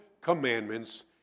commandments